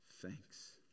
thanks